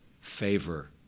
favor